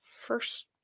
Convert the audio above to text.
first